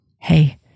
Hey